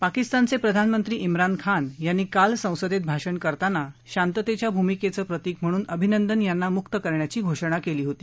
पाकिस्तानचे प्रधानमंत्री खान खान यांनी काल संसदेत भाषण करताना शांततेच्या भूमिकेचं प्रतिक म्हणून अभिनंदन यांना मुक्त करण्याची घोषणा केली होती